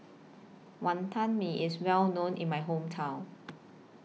Wantan Mee IS Well known in My Hometown